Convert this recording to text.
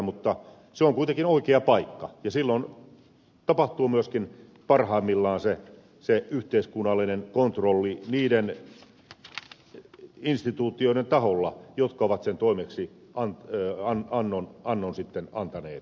mutta se on kuitenkin oikea paikka ja silloin tapahtuu myöskin parhaimmillaan se yhteiskunnallinen kontrolli niiden instituutioiden taholla jotka ovat sen toimeksiannon sitten tehneet